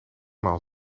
maal